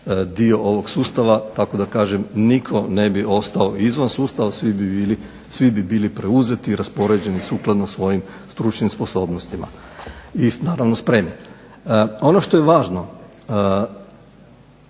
dio ovog sustava kako da kažem, nitko ne bi ostao izvan sustava, svi bi bili preuzeti i raspoređeni sukladno svojim stručnim sposobnostima i naravno spremi. Ono što je važno,